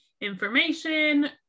information